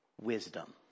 wisdom